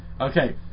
Okay